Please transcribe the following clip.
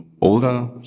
older